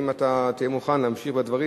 אם אתה תהיה מוכן להמשיך בדברים,